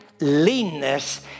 leanness